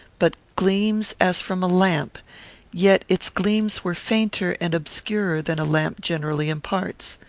but gleams, as from a lamp yet its gleams were fainter and obscurer than a lamp generally imparts.